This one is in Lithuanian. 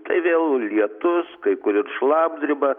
tai vėl lietus kai kur ir šlapdriba